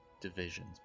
divisions